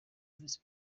visi